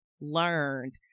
learned